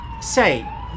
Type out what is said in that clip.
Say